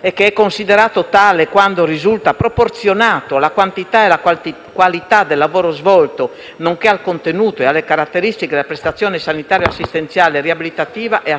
che è considerato tale quando risulta proporzionato alla quantità e qualità del lavoro svolto, nonché al contenuto e alle caratteristiche della prestazione sanitaria, assistenziale e riabilitativa, è assai